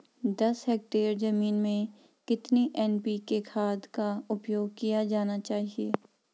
दस हेक्टेयर जमीन में कितनी एन.पी.के खाद का उपयोग किया जाना चाहिए?